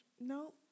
No